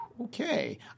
Okay